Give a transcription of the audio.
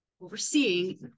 overseeing